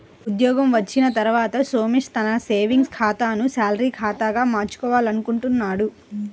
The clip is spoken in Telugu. ఉద్యోగం వచ్చిన తర్వాత సోమేష్ తన సేవింగ్స్ ఖాతాను శాలరీ ఖాతాగా మార్చుకోవాలనుకుంటున్నాడు